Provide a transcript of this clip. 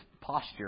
posture